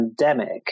pandemic